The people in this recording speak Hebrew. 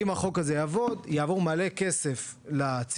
אם החוק הזה יעבוד, ממילא יעבור מלא כסף לציבורי.